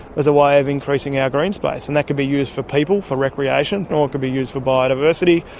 as a way of increasing our green space, and that can be used for people, for recreation, or it could be used for biodiversity,